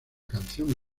canción